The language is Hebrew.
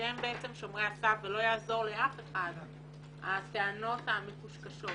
שהם שומרי הסף ולא יעזור לאף אחד הטענות המקושקשות